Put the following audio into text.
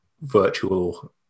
virtual